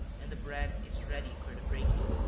and the bread is ready for the breaking.